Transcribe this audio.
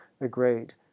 agreed